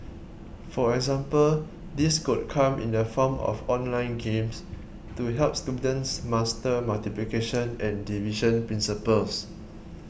for example this could come in the form of online games to help students master multiplication and division principles